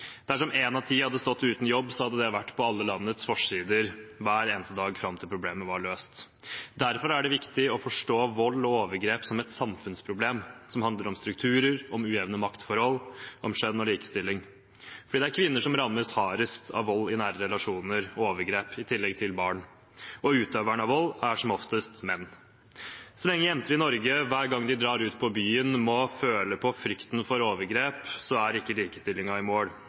Dersom én av ti hadde stått uten jobb, hadde det vært på alle landets avisforsider hver eneste dag fram til problemet var løst. Derfor er det viktig å forstå vold og overgrep som et samfunnsproblem som handler om strukturer, om ujevne maktforhold, om kjønn og om likestilling, fordi det er kvinner, i tillegg til barn, som rammes hardest av vold og overgrep i nære relasjoner, og utøverne av vold er som oftest menn. Så lenge jenter i Norge hver gang de drar ut på byen må føle på frykten for overgrep, er man ikke i mål